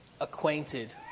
acquainted